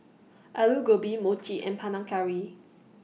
Alu Gobi Mochi and Panang Curry